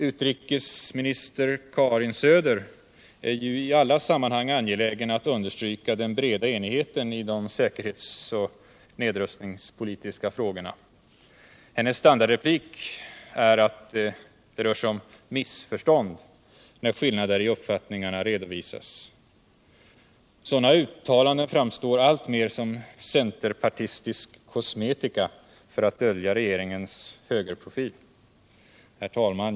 Utrikesminister Karin Söder är ju i alla sammanhang angelägen att understryka den breda enigheten i de säkerhetsoch nedrustningspolitiska frågorna. Hennes standardreplik är att det rör sig om ”missförstånd” när skillnader i uppfattningarna redovisas. Sådana uttalanden framstår alltmer som centerpartistisk kosmetika för att dölja regeringens högerprofil. Herr talman!